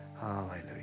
Hallelujah